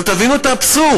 עכשיו, תבינו את האבסורד: